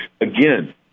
again